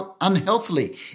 unhealthily